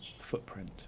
footprint